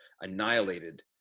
annihilated